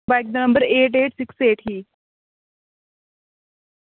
bike दा eight eight six eight ही